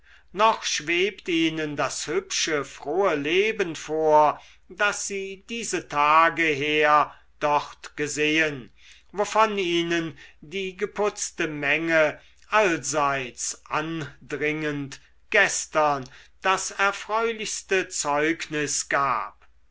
noch schwebt ihnen das hübsche frohe leben vor das sie diese tage her dort gesehen wovon ihnen die geputzte menge allseits andringend gestern das erfreulichste zeugnis gab